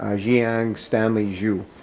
um zhang stanley zou.